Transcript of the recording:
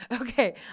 Okay